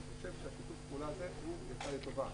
אני חושב ששיתוף הפעולה הזה יצא לטובה.